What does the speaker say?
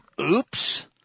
Oops